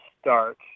start